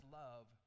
love